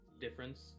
difference